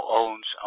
owns